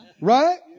Right